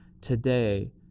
today